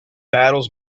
battles